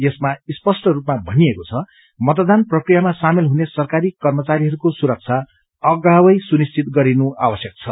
यसमा स्पष्ट रूपमा भनिइएको छ मतदान प्रक्रियामा सामेल हुने सरकारी कर्मचारीहरूको सुरक्षा अगावै सुनिश्चित गरिनु आवश्यक छ